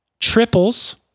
Triples